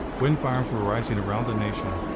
wind farms were arising around the nation,